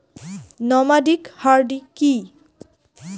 Nomadic hardy কি?